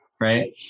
Right